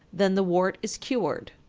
then the wart is cured.